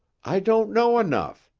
i don't know enough,